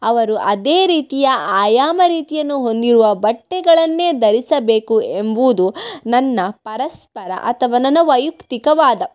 ಅವರು ಅದೇ ರೀತಿಯ ಆಯಾಮ ರೀತಿಯನ್ನು ಹೊಂದಿರುವ ಬಟ್ಟೆಗಳನ್ನೇ ಧರಿಸಬೇಕು ಎಂಬುವುದು ನನ್ನ ಪರಸ್ಪರ ಅಥವಾ ನನ್ನ ವೈಯುಕ್ತಿಕ ವಾದ